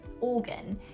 organ